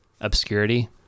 obscurity